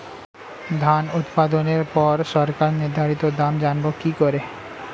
ধান উৎপাদনে পর সরকার নির্ধারিত দাম জানবো কি করে?